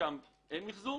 בחלקם אין מחזור.